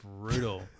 brutal